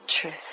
truth